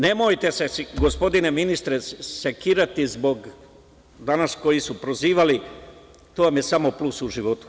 Nemojte se gospodine ministre sekirati zbog ovih što su danas prozivali, to vam je samo plus u životu.